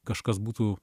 kažkas būtų